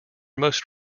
most